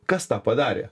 kas tą padarė